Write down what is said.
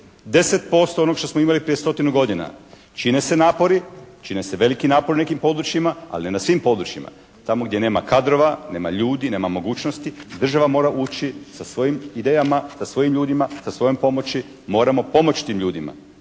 10% onog što smo imali prije stotinu godina. Čine se napori, čine se veliki napori u nekim područjima, ali ne na svim područjima. Tamo gdje nema kadrova, nema ljudi, nema mogućnosti država mora ući sa svojim idejama, sa svojim ljudima, sa svojom pomoći, moramo pomoći tim ljudima.